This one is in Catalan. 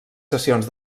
sessions